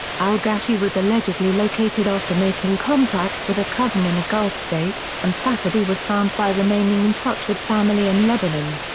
al-gashey was allegedly located after making contact with a cousin in a gulf state, and safady was found by remaining in and touch with family in lebanon.